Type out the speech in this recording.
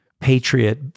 patriot